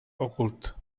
ocult